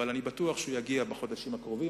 אבל אני בטוח שהוא יגיע בחודשים הקרובים,